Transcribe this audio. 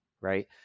right